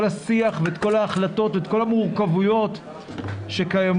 השיח ואת כל ההחלטות ואת כל המורכבויות שקיימות,